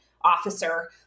officer